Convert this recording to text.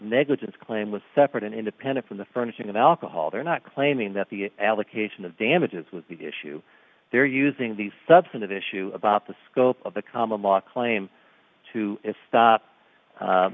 negligence claim was separate and independent from the furnishing of alcohol they're not claiming that the allocation of damages would be the issue they're using the substantive issue about the scope of the common law claim to stop